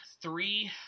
three